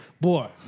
Boy